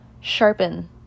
sharpen